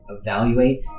evaluate